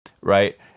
right